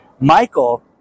Michael